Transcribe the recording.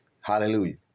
Hallelujah